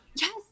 Yes